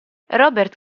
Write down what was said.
robert